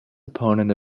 opponent